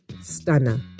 Stunner